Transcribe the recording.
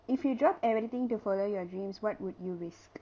if you drop everything to follow your dreams what would you risk